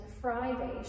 Friday